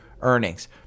earnings